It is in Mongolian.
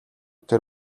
тэр